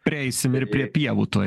prieisim ir prie pievų tuoj